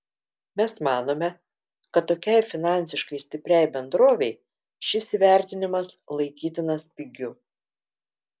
mes manome kad tokiai finansiškai stipriai bendrovei šis įvertinimas laikytinas pigiu